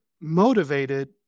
motivated